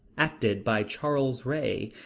acted by charles ray.